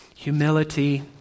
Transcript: humility